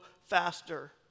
faster